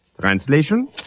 Translation